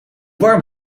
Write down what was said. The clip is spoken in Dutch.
warm